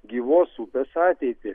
gyvos upės ateitį